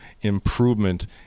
improvement